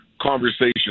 conversation